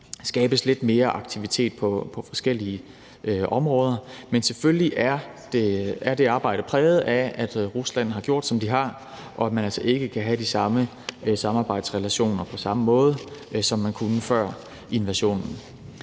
skabes lidt mere aktivitet på forskellige områder. Men selvfølgelig er det arbejde præget af, at Rusland har gjort, hvad de har, og at man altså ikke kan have de samme samarbejdsrelationer, som man havde før invasionen.